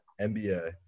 NBA